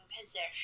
position